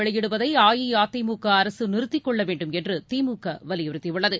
வெளியிடுவதை அஇஅதிமுக மக்கள் வரி அரசு நிறுத்திக்கொள்ளவேண்டும் என்று திமுக வலியுறுத்தியுள்ளது